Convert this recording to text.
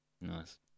nice